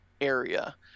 area